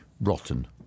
rotten